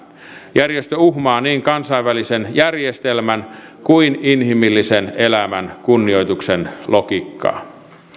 järjestö uhmaa niin kansainvälisen järjestelmän kuin myös inhimillisen elämän kunnioituksen logiikkaa